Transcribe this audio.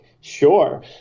sure